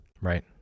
right